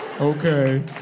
Okay